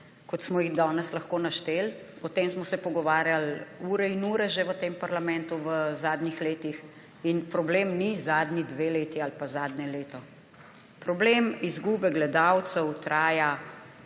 kot smo jih danes lahko našteli. O tem smo se pogovarjali ure in ure že v tem parlamentu v zadnjih letih in problem ni zadnji dve leti ali pa zadnje leto. Problem izgube gledalcev traja